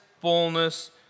fullness